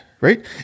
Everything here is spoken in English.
right